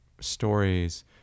stories